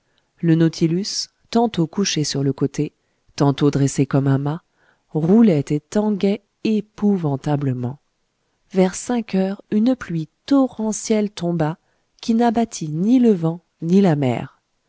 le nautilus tantôt couché sur le côté tantôt dressé comme un mât roulait et tanguait épouvantablement vers cinq heures une pluie torrentielle tomba qui n'abattit ni le vent ni la mer